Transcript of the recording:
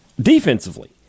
defensively